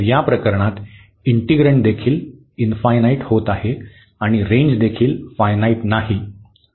तर या प्रकरणात इन्टीग्रन्ड देखील होत आहे आणि रेंज देखील फायनाईट नाही